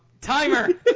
Timer